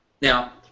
Now